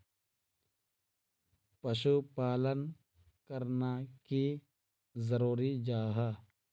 पशुपालन करना की जरूरी जाहा?